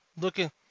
looking